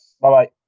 Bye-bye